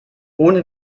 ohne